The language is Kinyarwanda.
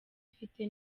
ifite